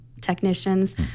technicians